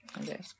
Okay